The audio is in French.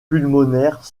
pulmonaires